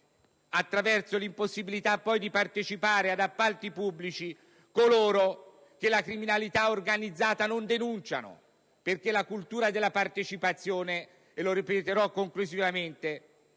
attraverso l'impossibilità di partecipare poi ad appalti pubblici, coloro che la criminalità organizzata non denunciano. La cultura della partecipazione, come ripeterò conclusivamente,